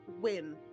win